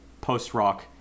post-rock